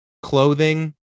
clothing